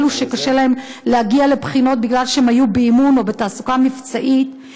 אלו שקשה להם להגיע לבחינות כי הם היו באימון או בתעסוקה מבצעית,